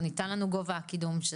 אם אתם לא מכירים, אנחנו